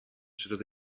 zodat